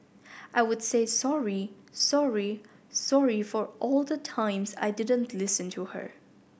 I would say sorry sorry sorry for all the times I didn't listen to her